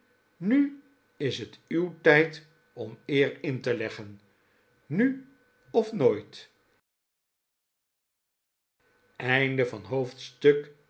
nu is het uw tijd om eer in te leggen nu of nooit